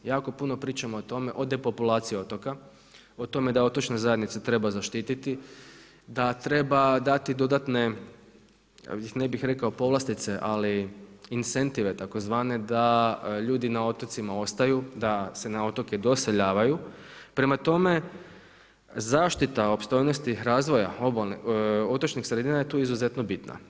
Jako puno pričamo o tome o depopulaciji otoka, o tome da otočne zajednice treba zaštititi, da treba dati dodatne ne bih rekao povlastice ali insentive tzv. da ljudi na otocima ostaju, da se na otoku doseljavaju, prema tome zaštita opstojnosti razvoja otočnih sredina je tu izuzetno bitna.